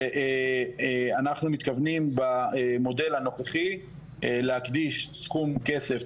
ואנחנו מתכוונים במודל הנוכחי להקדיש סכום כסף,